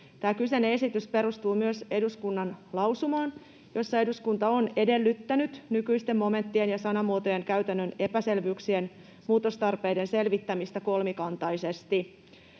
tämä kyseinen esitys perustuu myös eduskunnan lausumaan, jossa eduskunta on edellyttänyt nykyisten momenttien ja sanamuotojen käytännön epäselvyyksien muutostarpeiden selvittämistä kolmikantaisesti.